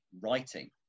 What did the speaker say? writing